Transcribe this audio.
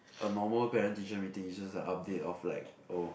a normal parent teacher meeting is just a update of like oh